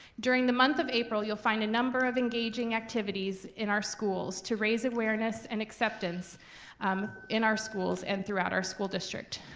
during the month of april you'll find a number of engaging activities in our schools to raise awareness and acceptance um in our schools and throughout our school district.